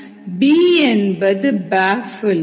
B என்பது பாஃபில்